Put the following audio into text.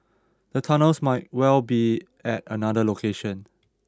the tunnels might well be at another location